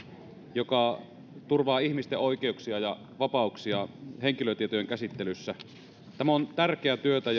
joka turvaa ihmisten oikeuksia ja vapauksia henkilötietojen käsittelyssä tämä on tärkeää työtä